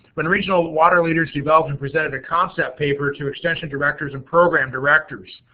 when regional water leaders developed and presented a concept paper to extension directors and program directors.